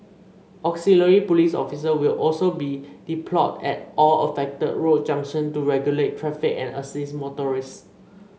auxiliary police officer will also be deployed at all affected road junction to regulate traffic and assist motorists